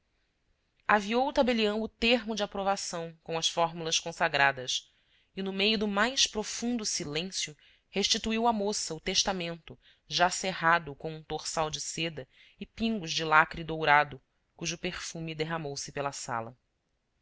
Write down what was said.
aviou o tabelião o termo de aprovação com as fórmulas consagradas e no meio do mais profundo silêncio restituiu à moça o testamento já cerrado com um torçal de seda e pingos de lacre dourado cujo perfume derramou-se pela sala